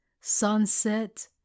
sunset